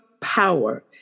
power